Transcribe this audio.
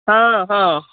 ହଁ ହଁ